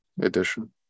edition